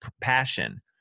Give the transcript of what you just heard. passion